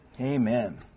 Amen